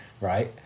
right